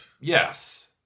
Yes